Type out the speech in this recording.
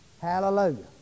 hallelujah